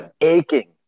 aching